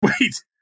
Wait